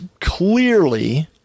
clearly